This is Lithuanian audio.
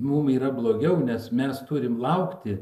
mum yra blogiau nes mes turim laukti